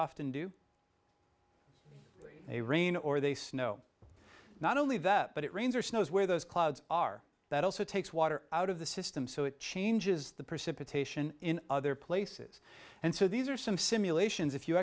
often do a rain or they snow not only that but it rains or snows where those clouds are that also takes water out of the system so it changes the precipitation in other places and so these are some simulations if you